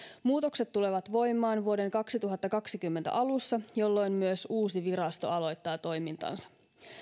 muutokset tulevat voimaan vuoden kaksituhattakaksikymmentä alussa jolloin uusi virasto myös aloittaa toimintansa